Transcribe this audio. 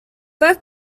both